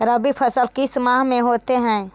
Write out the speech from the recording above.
रवि फसल किस माह में होते हैं?